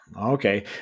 Okay